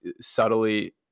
subtly